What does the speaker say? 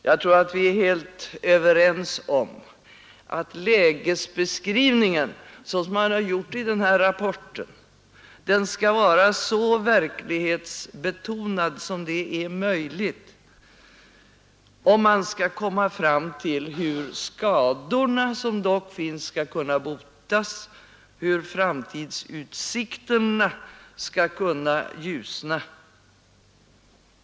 Jag tror att vi är helt överens om att lägesbeskrivningen — såsom den gjorts i den här rapporten — skall vara så verklighetsbetonad som möjligt om man skall komma fram till hur skadorna som dock finns skall kunna botas, hur framtidsutsikterna skall kunna ljusna.